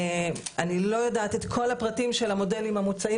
אני לא יודעת את כל הפרטים של המודלים המוצעים